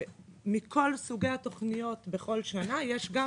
כשמכל סוגי התכניות בכל שנה יש גם